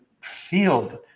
field